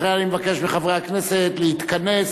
לכן אני מבקש מחברי הכנסת להתכנס,